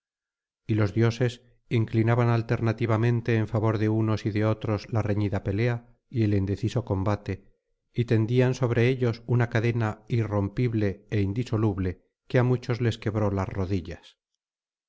y los dioses inclinaban alternativamente en favor de unos y de otros la reñida pelea y el indeciso combate y tendían sobre ellos una cadena irrompible é indisoluble que á muchos les quebró las rodillas